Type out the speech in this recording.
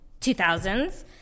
2000s